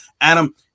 Adam